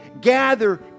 gather